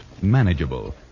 manageable